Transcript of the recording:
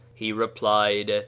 he replied,